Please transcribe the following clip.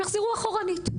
הם יחזרו אחורנית,